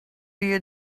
you